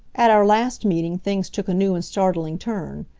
at our last meeting things took a new and startling turn.